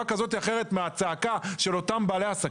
כזו או אחרת מהצעקה של אותם בעלי עסקים.